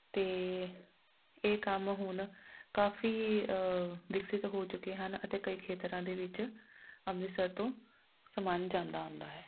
ਅਤੇ ਇਹ ਕੰਮ ਹੁਣ ਕਾਫੀ ਵਿਕਸਿਤ ਹੋ ਚੁੱਕੇ ਹਨ ਅਤੇ ਕਈ ਖੇਤਰਾਂ ਦੇ ਵਿੱਚ ਅੰਮ੍ਰਿਤਸਰ ਤੋਂ ਸਮਾਨ ਜਾਂਦਾ ਆਉਂਦਾ ਹੈ